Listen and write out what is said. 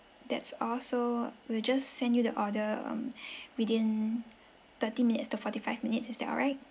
that's all so we'll just send you the order um within thirty minutes to forty five minutes is that alright